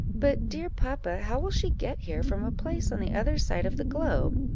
but, dear papa, how will she get here from a place on the other side of the globe?